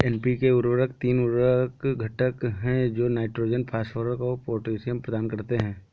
NPK उर्वरक तीन घटक उर्वरक हैं जो नाइट्रोजन, फास्फोरस और पोटेशियम प्रदान करते हैं